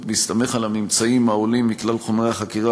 בהסתמך על הממצאים העולים מכלל חומרי החקירה,